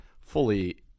fully